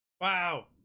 Wow